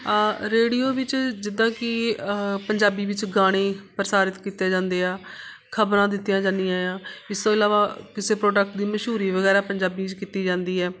radio ਵਿੱਚ ਜਿੱਦਾਂ ਕਿ ਪੰਜਾਬੀ ਵਿੱਚ ਗਾਣੇ ਪ੍ਰਸਾਰਿਤ ਕੀਤੇ ਜਾਂਦੇ ਆ ਖਬਰਾਂ ਦਿੱਤੀਆਂ ਜਾਂਦੀਆਂ ਆ ਇਸ ਤੋਂ ਇਲਾਵਾ ਕਿਸੇ ਪ੍ਰੋਡਕਟ ਦੀ ਮਸ਼ਹੂਰੀ ਵਗੈਰਾ ਪੰਜਾਬੀ 'ਚ ਕੀਤੀ ਜਾਂਦੀ ਆ